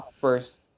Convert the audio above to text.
first